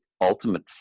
ultimate